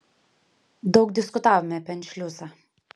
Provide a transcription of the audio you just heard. daug diskutavome apie anšliusą